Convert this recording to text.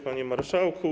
Panie Marszałku!